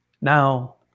Now